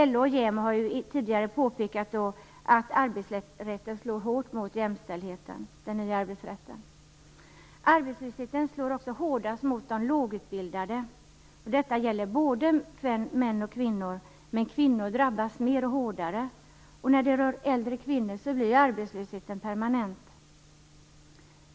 LO och JämO har tidigare påpekat att den nya arbetsrätten slår hårt mot jämställdheten. Arbetslösheten slår hårdast mot de lågutbildade. Detta gäller både män och kvinnor, men kvinnor drabbas mer och hårdare. För äldre kvinnor blir arbetslösheten permanent.